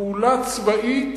פעולה צבאית